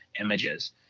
images